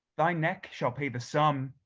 thy neck shall pay the sum.